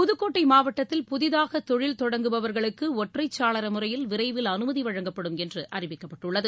புதுக்கோட்டை மாவட்டத்தில் புதிதாக தொழில் தொடங்குபவர்களுக்கு ஒற்றைச் சாளர முறையில் விரைவில் அனுமதி வழங்கப்படும் என்று அறிவிக்கப்பட்டுள்ளது